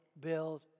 build